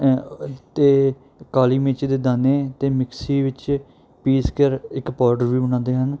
ਅਤੇ ਕਾਲੀ ਮਿਰਚ ਦੇ ਦਾਣੇ ਅਤੇ ਮਿਕਸੀ ਵਿੱਚ ਪੀਸ ਕਰ ਇੱਕ ਪਾਊਡਰ ਵੀ ਬਣਾਉਂਦੇ ਹਨ